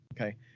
Okay